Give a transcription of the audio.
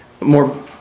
more